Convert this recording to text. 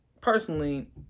personally